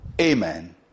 amen